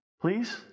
please